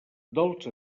dels